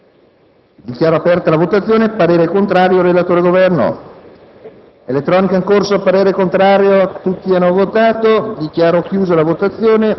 doveroso circoscrivere la responsabilità.